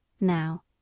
Now